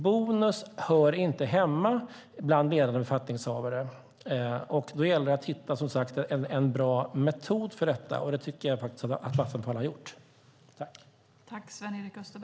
Bonus hör inte hemma bland ledande befattningshavare. Då gäller det att hitta en bra metod för detta. Det tycker jag att Vattenfall har gjort.